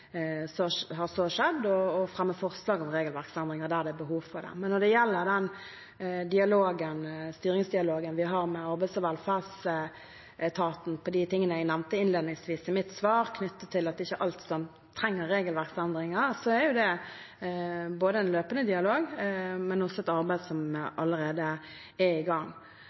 behov for det. Når det gjelder styringsdialogen vi har med Arbeids- og velferdsetaten om de tingene jeg nevnte innledningsvis i mitt svar, knyttet til at det ikke er alt som trenger regelverksendringer, er det både en løpende dialog og et arbeid som allerede er i gang.